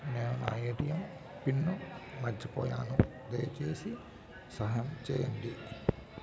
నేను నా ATM pin మర్చిపోయాను, దయచేసి సహాయం చేయండి